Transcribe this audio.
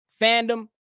fandom